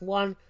one